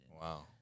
Wow